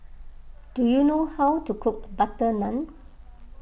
do you know how to cook Butter Naan